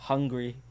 Hungry